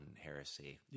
heresy